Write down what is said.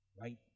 right